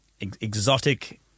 exotic